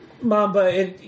Mamba